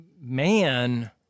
man